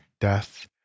death